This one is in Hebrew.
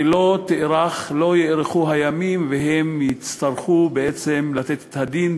ולא יארכו הימים והן יצטרכו בעצם לתת את הדין,